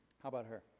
how about her?